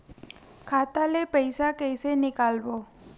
खाता ले पईसा कइसे निकालबो?